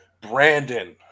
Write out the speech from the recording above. brandon